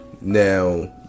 now